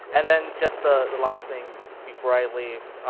and then just the the last thing before i leave.